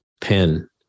pen